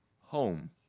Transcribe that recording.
home